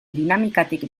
dinamikatik